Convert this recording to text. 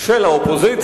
מחויבותה של האופוזיציה,